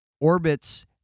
orbits